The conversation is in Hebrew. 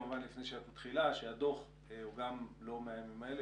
כמובן לפני שאת מתחילה שהדוח הוא לא מהימים האלה,